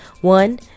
One